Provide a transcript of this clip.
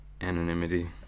anonymity